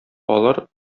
алар